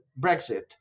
Brexit